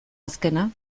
azkena